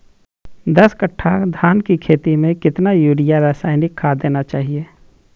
दस कट्टा धान की खेती में कितना यूरिया रासायनिक खाद देना चाहिए?